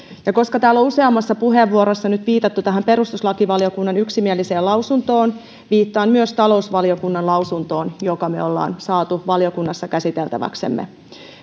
koska täällä on useammassa puheenvuorossa nyt viitattu tähän perustuslakivaliokunnan yksimieliseen lausuntoon viittaan myös talousvaliokunnan lausuntoon jonka me olemme saaneet valiokunnassa käsiteltäväksemme